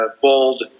bold